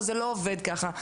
זה לא עובד ככה.